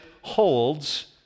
holds